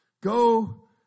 go